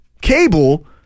cable